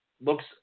looks